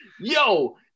yo